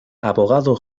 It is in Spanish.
abogado